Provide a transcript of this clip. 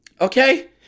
Okay